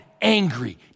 angry